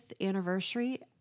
anniversary